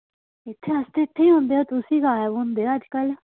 इत्थे अस ते इत्थे ही होंदे ओ तुसी गायब होंदे अज्जकल